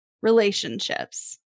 relationships